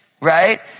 right